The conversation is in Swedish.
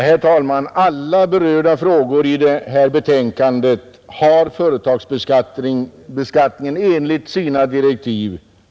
Herr talman! Företagsskatteberedningen har enligt sina direktiv i uppdrag att pröva alla de frågor som är berörda i detta betänkande.